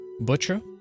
butcher